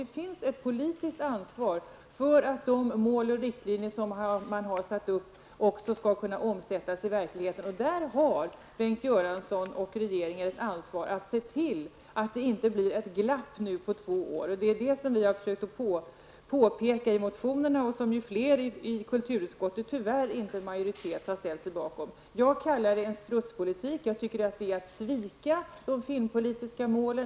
Det finns ett politiskt ansvar för att de mål och riktlinjer som man har satt upp också skall kunna omsättas i verkligheten. Och i detta sammanhang har Bengt Göransson och regeringen ett ansvar att se till att det inte blir ett glapp på två år. Det är detta som vi har försökt påpeka i motioner och som flera ledamöter i kulturutskottet, men tyvärr inte en majoritet, har ställt sig bakom. Jag kallar detta för strutspolitik. Jag tycker att den innebär att man sviker de filmpolitiska målen.